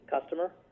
customer